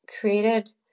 created